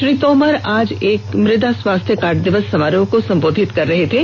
श्री तोमर आज एक मृदा स्वास्थ्य कार्ड दिवस समारोह को संबोधित कर रहे थे